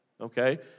okay